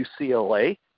UCLA